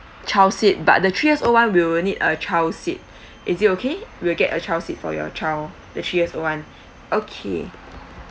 child seat but the three years one will need a child seat is it okay we'll get a child seat for your child that three years old one okay